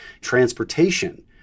transportation